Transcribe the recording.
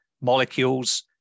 molecules